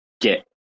get